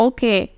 Okay